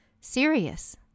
Serious